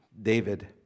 David